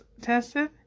tested